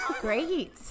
Great